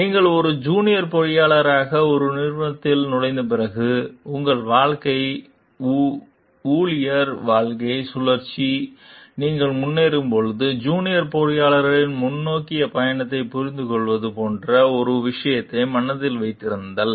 நீங்கள் ஒரு ஜூனியர் பொறியியலாளராக ஒரு நிறுவனத்தில் நுழைந்த பிறகு உங்கள் வாழ்க்கை ஊழியர் வாழ்க்கைச் சுழற்சியில் நீங்கள் முன்னேறும்போது ஜூனியர் பொறியியலாளரின் முன்னோக்கி பயணத்தைப் புரிந்துகொள்வது போன்ற அந்த விஷயத்தை மனதில் வைத்திருத்தல்